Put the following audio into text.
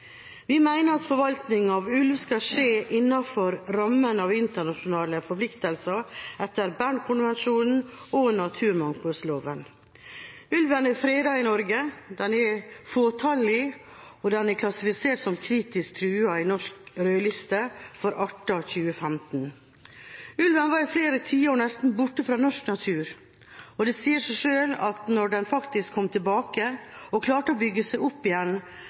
Vi mener at forvaltningen av ulv skal skje innenfor rammen av internasjonale forpliktelser etter Bern-konvensjonen og naturmangfoldloven. Ulven er fredet i Norge. Den er fåtallig, og den er klassifisert som kritisk truet i Norsk rødliste for arter 2015. Ulven var i flere tiår nesten borte fra norsk natur, og det sier seg selv at når den faktisk kom tilbake og klarte å bygge seg opp igjen,